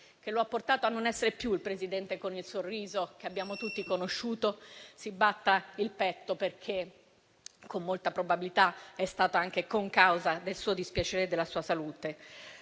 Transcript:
che lo ha portato a non essere più il Presidente con il sorriso che abbiamo tutti conosciuto, si batta il petto, perché, con molta probabilità, è stato anche concausa del suo dispiacere e della sua salute.